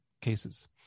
cases